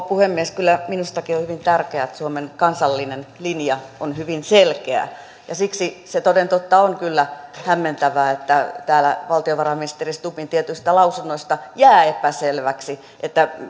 puhemies kyllä minustakin on hyvin tärkeää että suomen kansallinen linja on hyvin selkeä ja siksi se toden totta on kyllä hämmentävää että täällä valtiovarainministeri stubbin tietyistä lausunnoista jää epäselväksi